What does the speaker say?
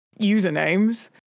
usernames